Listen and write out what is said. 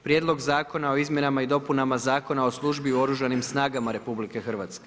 Prijedlog zakona o izmjenama i dopunama Zakona o službi u Oružanim snagama RH.